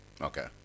Okay